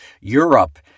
Europe